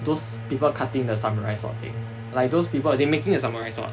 those people cutting the samurai sword thing like those people they making the samurai sword